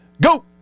Go